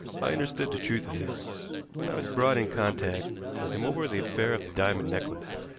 i understood the truth of this when i was brought in contact with him over the affair of the diamond necklace,